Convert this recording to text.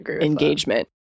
engagement